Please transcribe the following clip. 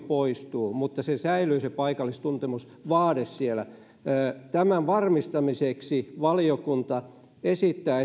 poistuu mutta se paikallistuntemusvaade säilyy siellä tämän varmistamiseksi valiokunta esittää